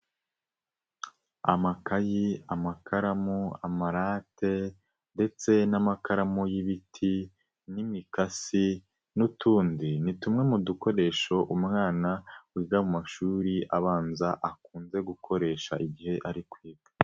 Amakayi, amakaramu, amarate ndetse n'amakaramu y'ibiti n'imikasi n'utundi, ni tumwe mu dukoresho umwana wiga mu mashuri abanza akunze gukoresha igihe ari kwiga.